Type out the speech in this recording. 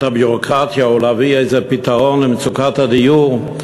הביורוקרטיה ולהביא איזה פתרון למצוקת הדיור,